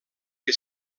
que